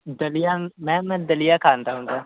ਦਲੀਆ ਮੈਮ ਮੈਂ ਦਲੀਆ ਖਾਂਦਾ ਹੁੰਦਾ